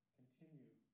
continue